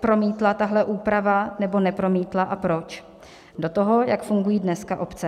promítla tahle úprava, nebo nepromítla a proč, do toho, jak fungují dneska obce.